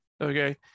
okay